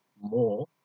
more